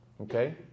Okay